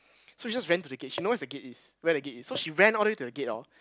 so she just ran to the gate she knows where's the gate is where the gate is so she ran all the way to the gate hor